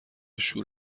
شور